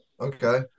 Okay